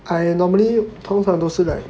I normally 通常都是 like